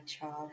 child